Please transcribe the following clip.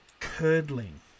curdling